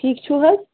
ٹھیٖک چھُو حظ